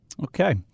Okay